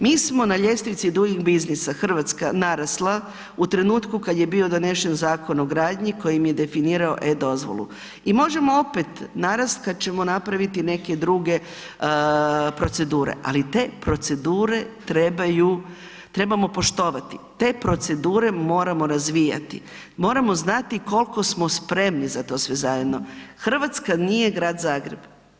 Mi smo na ljestvici doing businessa, Hrvatska, narasla u trenutku kad je bio donešen Zakon o gradnji kojim je definirao e-dozvolu, i možemo opet narast kad ćemo napraviti neke druge procedure, ali te procedure trebaju, trebamo poštovati, te procedure moramo razvijati, moramo znati kol'ko smo spremni za to sve zajedno, Hrvatska nije Grad Zagreb.